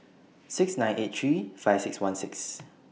six nine eight three five six one six